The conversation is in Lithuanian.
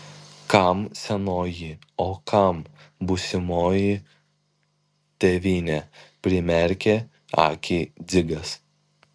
kam senoji o kam būsimoji tėvynė primerkė akį dzigas